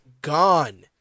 gone